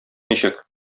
ничек